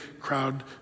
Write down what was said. crowd